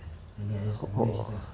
whoa